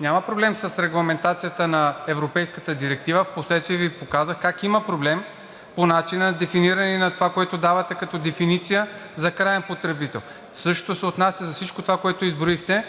няма проблем с регламентацията на европейската директива, впоследствие Ви показах как има проблем – по начина на дефиниране на това, което давате като дефиниция за краен потребител. Същото се отнася за всичко това, което изброихте.